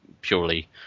purely